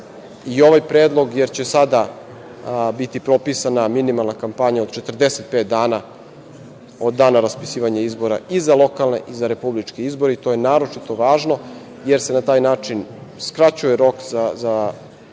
i ovaj predlog jer će sada biti propisana minimalna kampanja od 45 dana od dana raspisivanja izbora i za lokalne i za republičke izbore i to je naročito važno jer se na taj način skraćuje rok za